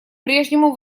прежнему